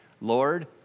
Lord